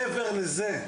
מה מעבר לזה?